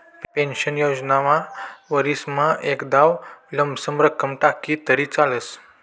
pension योजनामा वरीसमा एकदाव लमसम रक्कम टाकी तरी चालस